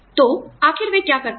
तो आखिर वे क्या करते हैं